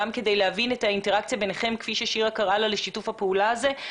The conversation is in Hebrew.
כדי להבין את האינטראקציה ביניכם כפי ששירה קראה לה לשיתוף הפעולה הזאת.